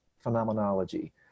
Phenomenology